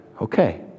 Okay